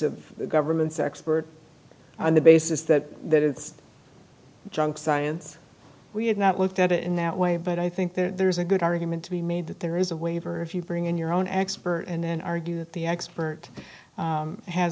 of the government's expert on the basis that that it's junk science we have not looked at it in that way but i think that there's a good argument to be made that there is a waiver if you bring in your own expert and then argue that the expert